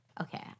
Okay